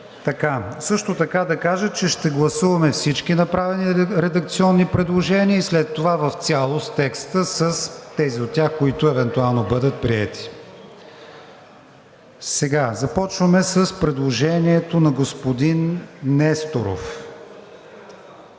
едно. Също така да кажа, че ще гласуваме всички направени редакционни предложения и след това в цялост текста с тези от тях, които евентуално бъдат приети. Започваме с предложението на господин Несторов